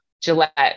Gillette